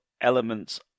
elements